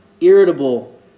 irritable